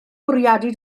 bwriadu